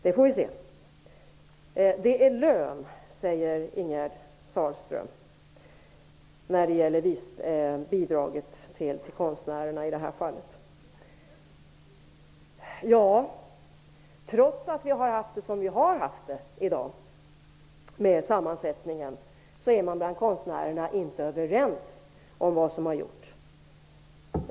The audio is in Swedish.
Vi får väl se! Ingegerd Sahlström säger att det här bidraget till konstnärerna är en lön. Trots att sammansättningen i fonden i dag är den den är, är konstnärerna inte överens om detta.